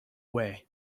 way